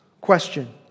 question